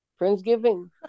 Friendsgiving